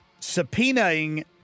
subpoenaing